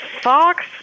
fox